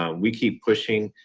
um we keep pushing,